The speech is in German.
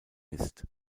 ist